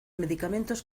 medicamentos